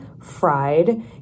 fried